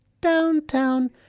downtown